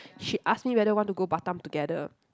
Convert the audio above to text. she asked me whether want to go Batam together